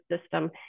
system